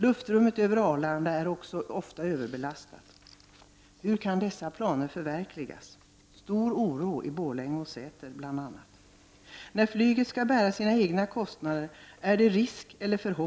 Luftrummet över Arlanda är också ofta överbelastat. Hur kan dessa planer förverkligas? Stor oro råder i bl.a. Borlänge och Säter. När flyget skall bära sina egna kostnader blir det kanske nästa krisbransch.